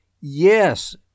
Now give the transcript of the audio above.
yes